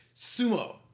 Sumo